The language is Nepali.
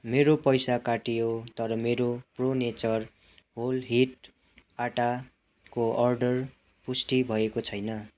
मेरो पैसा काटियो तर मेरो प्रो नेचर होल हिट आँटाको अर्डर पुष्टि भएको छैन